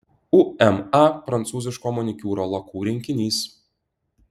uma prancūziško manikiūro lakų rinkinys